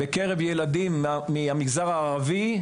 בקרב ילדים מהמגזר הערבי,